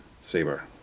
saber